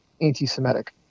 anti-Semitic